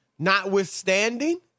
notwithstanding